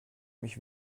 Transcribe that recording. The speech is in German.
mich